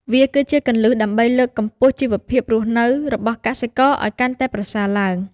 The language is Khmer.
វាគឺជាគន្លឹះដើម្បីលើកកម្ពស់ជីវភាពរស់នៅរបស់កសិករឱ្យកាន់តែប្រសើរឡើង។